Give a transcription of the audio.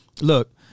look